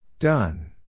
Done